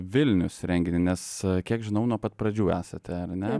vilnius renginį nes kiek žinau nuo pat pradžių esate ar ne